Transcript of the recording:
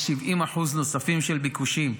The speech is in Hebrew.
יש 70% נוספים של ביקושים,